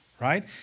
right